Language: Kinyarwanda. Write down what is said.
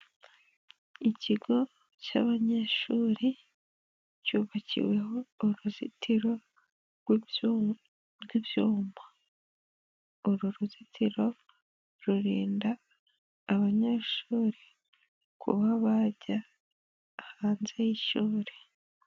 Ikigo cy'abanyeshuri cyubakiweho uruzitiro rw'ibyuyuma, uru ruzitiro rurinda abanyeshuri kuba bajya hanze y'ishuri.